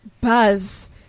buzz